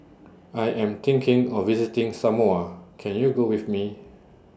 I Am thinking of visiting Samoa Can YOU Go with Me